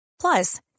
Plus